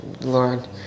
Lord